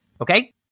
Okay